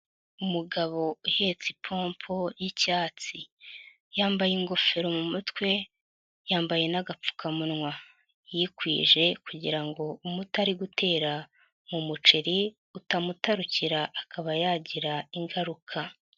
Umugabo uhetse ipompo y'icyatsi, yambaye ingofero mu mutwe yambaye n'agapfukamunwa, yikwije kugira ngo umuti ari gutera mu muceri utamutarukira akaba yagira ingaruka.